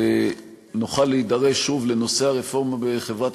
ונוכל להידרש שוב לנושא הרפורמה בחברת